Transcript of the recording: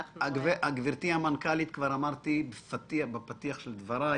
גברתי המנכ"לית, כבר אמרתי בפתיח של דבריי